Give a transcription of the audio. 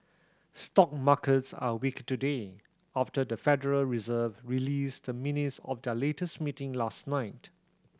stock markets are weaker today after the Federal Reserve released the minutes of their latest meeting last night